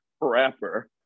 rapper